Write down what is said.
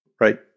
right